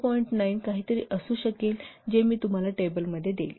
9 काहीतरी असू शकेल जे मी तुम्हाला टेबलमध्ये देईन